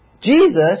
Jesus